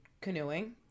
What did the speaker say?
canoeing